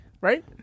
Right